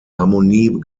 harmonie